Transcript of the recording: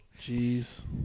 Jeez